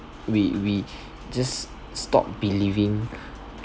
we we just stop believing